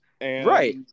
Right